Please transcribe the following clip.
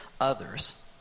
others